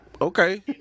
Okay